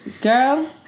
Girl